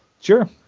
Sure